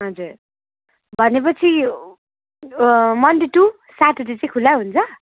हजुर भनेपछि Monday to Saturday चाहिँ खुल्ला हुन्छ